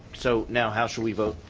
so now how should we vote?